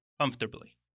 comfortably